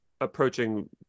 approaching